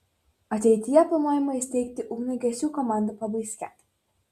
ateityje planuojama įsteigti ugniagesių komandą pabaiske